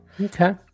Okay